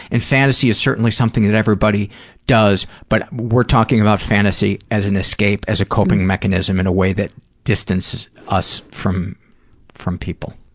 and fantasy is certainly something that everybody does, but we're talking about fantasy as an escape, as a coping mechanism, in a way that distances us from from people.